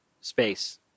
space